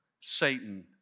Satan